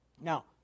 Now